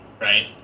right